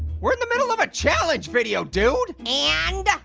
we're in the middle of a challenge video, dude. and?